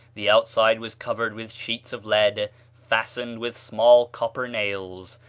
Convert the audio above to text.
the outside was covered with sheets of lead fastened with small copper nails.